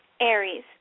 Aries